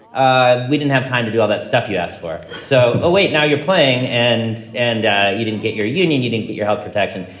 ah we didn't have time to do all that stuff you asked for, so. oh, wait, now you're playing and and you didn't get your union, you didn't get your health protection.